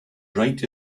right